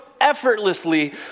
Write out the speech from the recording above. effortlessly